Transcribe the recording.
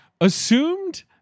assumed